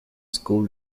school